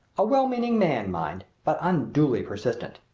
a well-meaning man, mind, but unduly persistent!